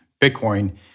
Bitcoin